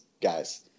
Guys